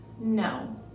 No